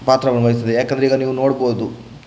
ಪಾತ್ರವನ್ನು ವಹಿಸ್ತದೆ ಯಾಕೆಂದರೆ ನೀವು ಈಗ ನೋಡಬಹುದು